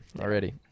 already